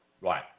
Right